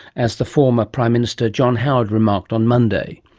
as the former prime minister john howard remarked on monday.